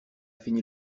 fini